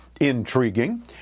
intriguing